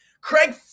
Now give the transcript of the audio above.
Craig